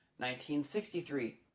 1963